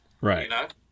Right